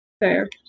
fair